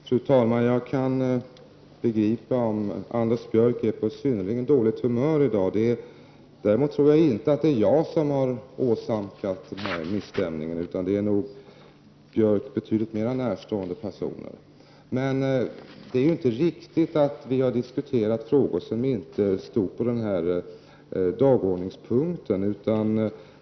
Fru talman! Jag kan begripa om Anders Björck är på synnerligen dåligt humör i dag. Däremot tror jag inte att det är jag som har förorsakat misstämningen, utan det är nog Björck betydligt mera närstående personer. Det är inte riktigt att vi har diskuterat frågor som inte hör till den här dagordningspunkten.